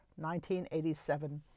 1987